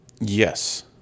Yes